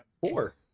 four